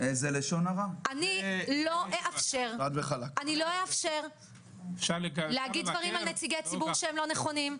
אני לא אאפשר להגיד דברים על נציגי ציבור שאינם נכונים.